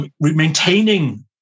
Maintaining